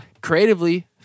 creatively